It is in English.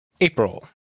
April